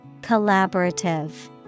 Collaborative